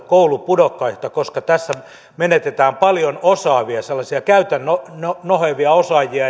koulupudokkaita koska tässä menetetään paljon osaavia sellaisia käytännön nohevia osaajia